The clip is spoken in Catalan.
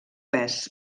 pes